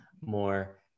more